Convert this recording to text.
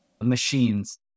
machines